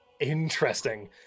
Interesting